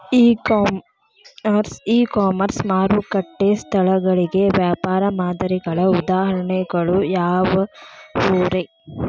E commerce ಮಾರುಕಟ್ಟೆ ಸ್ಥಳಗಳಿಗೆ ವ್ಯಾಪಾರ ಮಾದರಿಗಳ ಉದಾಹರಣೆಗಳು ಯಾವವುರೇ?